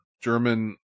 German